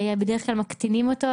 בדרך כלל מקטינים אותו,